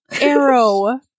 arrow